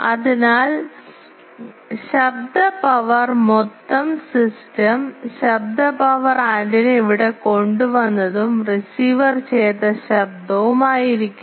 അതിനാൽ ശബ്ദ പവർ മൊത്തം സിസ്റ്റം ശബ്ദ പവർ ആന്റിന ഇവിടെ കൊണ്ടുവന്നതും റിസീവർ ചേർത്ത ശബ്ദവും ആയിരിക്കും